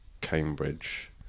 Cambridge